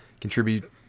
contribute